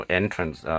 entrance